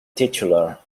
titular